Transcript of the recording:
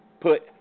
put